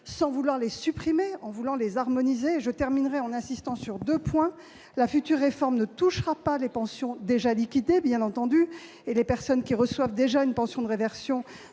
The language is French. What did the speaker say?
pas pour les supprimer, mais pour les harmoniser. Je terminerai en insistant sur deux points. La future réforme ne touchera pas les pensions déjà liquidées, bien entendu, et les personnes qui reçoivent déjà une pension de réversion